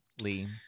Lee